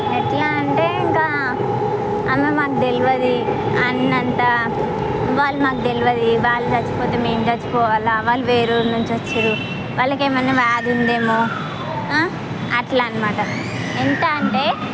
ఎట్లా అంటే ఇంకా అమ్మ మాకు తెలియదు అన్నంత వాళ్ళు మాకు తెలియదు వాళ్ళు చచ్చిపోతే మేము చచ్చిపోవాలా వాళ్ళు వేరే ఊరి నుంచి వచ్చారు వాళ్ళకి ఏమన్నా వ్యాధి ఉందేమో అట్లా అనమాట ఎంత అంటే